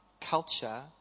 culture